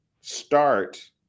start